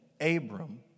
Abram